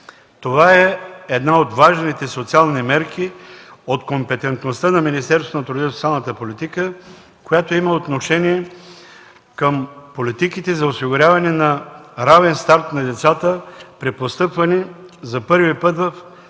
Това е една от най-важните социални мерки от компетентността на Министерството на труда и социалната политика, която има отношение към политиките за осигуряване на равен старт на децата при постъпване за първи път в